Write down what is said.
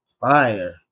fire